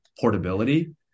portability